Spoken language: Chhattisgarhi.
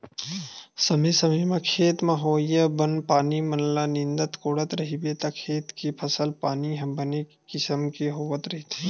समे समे म खेत म होवइया बन पानी मन ल नींदत कोड़त रहिबे त खेत के फसल पानी ह बने किसम के होवत रहिथे